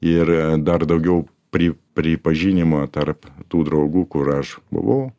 ir e dar daugiau pri pripažinimo tarp tų draugų kur aš buvau